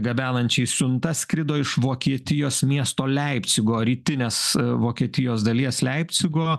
gabenančiai siuntas skrido iš vokietijos miesto leipcigo rytinės vokietijos dalies leipcigo